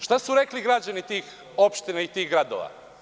Šta su rekli građani tih opština i gradova?